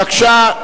בבקשה.